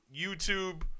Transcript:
YouTube